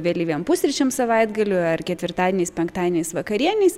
vėlyviem pusryčiam savaitgaliu ar ketvirtadieniais penktadieniais vakarienės